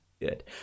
Good